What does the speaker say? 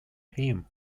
him